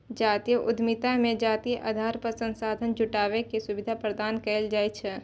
जातीय उद्यमिता मे जातीय आधार पर संसाधन जुटाबै के सुविधा प्रदान कैल जाइ छै